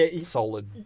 solid